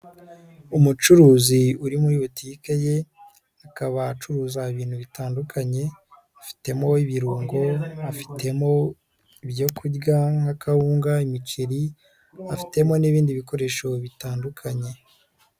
Umucuruzi uri muri butike ye akaba acuruza ibintu bitandukanye, afitemo ibirungo, afitemo ibyo kurya nka kawunga, imiceri, afitemo n'ibindi bikoresho bitandukanye.